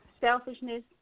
selfishness